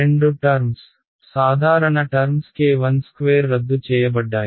రెండు టర్మ్స్ సాధారణ terms k12 రద్దు చేయబడ్డాయి